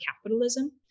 capitalism